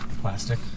Plastic